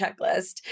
checklist